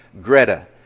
Greta